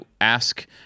ask